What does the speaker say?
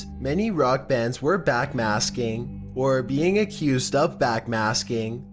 many rock bands were backmasking or being accused of backmasking.